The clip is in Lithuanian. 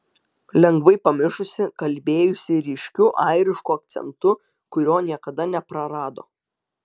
lengvai pamišusi kalbėjusi ryškiu airišku akcentu kurio niekada neprarado